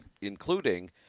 including